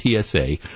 TSA